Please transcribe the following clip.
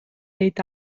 дейт